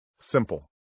simple